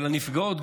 אבל לגבי נפגעות,